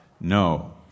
No